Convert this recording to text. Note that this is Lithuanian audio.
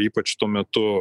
ypač tuo metu